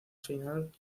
final